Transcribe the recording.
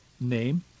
name